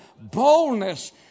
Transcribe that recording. boldness